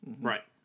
Right